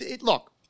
look